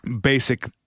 basic